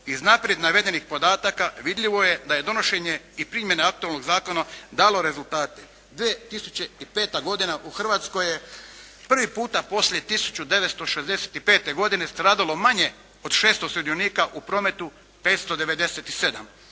Iz naprijed navedenih podataka vidljivo je da je donošenje i primjena aktualnog zakona dalo rezultate. 2005. godina u Hrvatskoj je prvi puta poslije 1965. godine stradalo manje od 600 sudionika u prometu 597. Kada